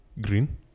Green